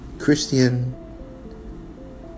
Christian